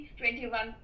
2021